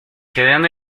quedan